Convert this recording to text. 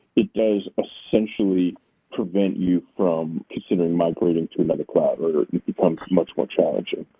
it does essentially prevent you from considering migrating to another cloud or it becomes much more challenging.